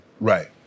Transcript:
Right